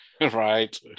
Right